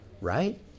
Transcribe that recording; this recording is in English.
right